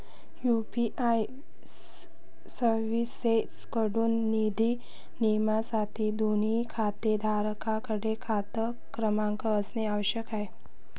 UPI सर्व्हिसेसएकडून निधी नियमनासाठी, दोन्ही खातेधारकांकडे खाता क्रमांक असणे आवश्यक आहे